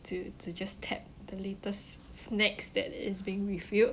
to to just tap the latest snacks that is being refilled